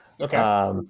Okay